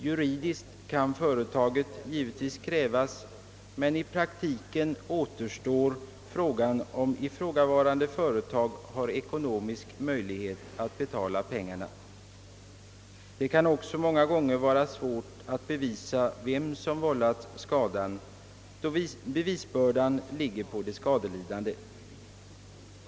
Juridiskt kan företaget givetvis krävas på ersättning för detta, men i praktiken återstår frågan, om ifrågavarande företag har ekonomisk möjlighet att betala pengarna. Många gånger kan det också vara svårt att bevisa vem som vållat skadan, då bevisbördan ligger på de skadelidande.